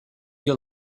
your